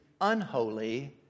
unholy